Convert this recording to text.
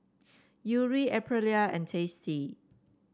Yuri Aprilia and Tasty